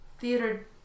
theater